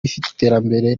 y’iterambere